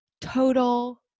total